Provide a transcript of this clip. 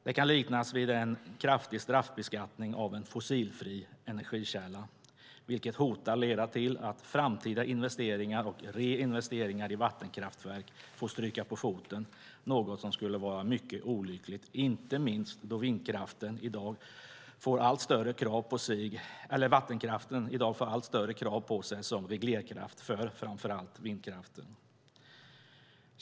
Det kan liknas vid en kraftig straffbeskattning av en fossilfri energikälla, vilket hotar att leda till att framtida investeringar och reinvesteringar i vattenkraftverk får stryka på foten, något som skulle vara mycket olyckligt, inte minst då vattenkraften i dag får allt större krav på sig som reglerkraft för framför allt vindkraften.